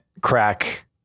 Crack